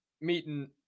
meeting